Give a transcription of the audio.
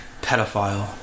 Pedophile